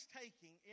taking